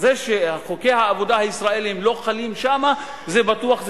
זה שחוקי העבודה הישראליים לא חלים שם זה בטוח,